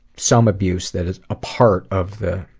some abuse that is a part of the,